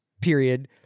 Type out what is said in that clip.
period